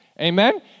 Amen